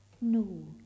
No